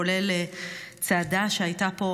כולל צעדה שהייתה פה